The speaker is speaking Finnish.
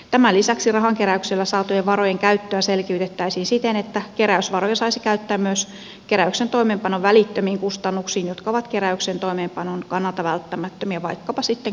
tämän lisäksi rahankeräyksellä saatujen varojen käyttöä selkiytettäisiin siten että keräysvaroja saisi käyttää myös keräyksen toimeenpanon välittömiin kustannuksiin jotka ovat keräyksen toimeenpanon kannalta välttämättömiä vaikkapa sitten keräyslippaiden hankintaan